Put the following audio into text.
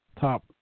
top